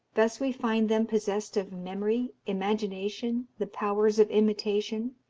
thus we find them possessed of memory, imagination, the powers of imitation,